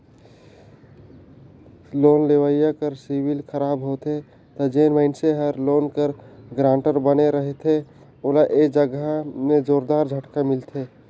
loan लेवइया कर civil खराब होथे ता जेन मइनसे हर लोन कर गारंटर बने रहथे ओला ए जगहा में जोरदार झटका मिलथे